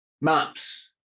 maps